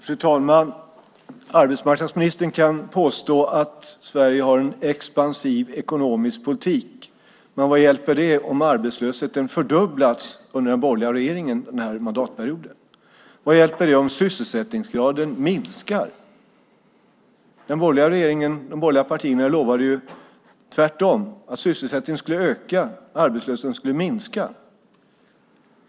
Fru talman! Arbetsmarknadsministern kan påstå att Sverige har en expansiv ekonomisk politik. Men vad hjälper det om arbetslösheten fördubblats under den borgerliga regeringen den här mandatperioden? Vad hjälper det om sysselsättningsgraden minskar? De borgerliga partierna lovade tvärtom att sysselsättningen skulle öka och arbetslösheten minska.